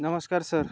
नमस्कार सर